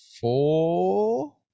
four